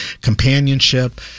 companionship